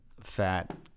fat